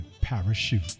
Parachute